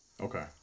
Okay